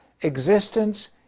existence